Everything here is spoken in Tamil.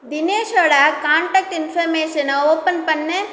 தினேஷோட காண்டக்ட் இன்ஃபர்மேஷனை ஓப்பன் பண்ணு